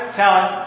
talent